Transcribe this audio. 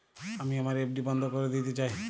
আমি আমার এফ.ডি বন্ধ করে দিতে চাই